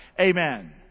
amen